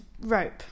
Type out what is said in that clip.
rope